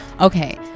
okay